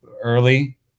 early